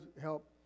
help